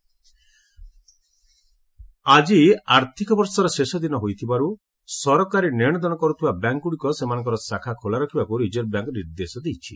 RBI banks ଆଳି ଆର୍ଥିକବର୍ଷର ଶେଷଦିନ ହୋଇଥିବାରୁ ସରକାରୀ ନେଶଦେଶ କରୁଥିବା ବ୍ୟାଙ୍କ୍ଗୁଡ଼ିକ ସେମାନଙ୍କର ଶାଖା ଖୋଲା ରଖିବାକୁ ରିଜର୍ଭ ବ୍ୟାଙ୍କ୍ ନିର୍ଦ୍ଦେଶ ଦେଇଛି